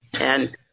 And-